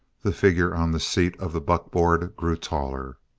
the figure on the seat of the buckboard grew taller.